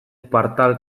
partal